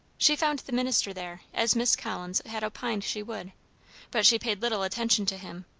she found the minister there, as miss collins had opined she would but she paid little attention to him.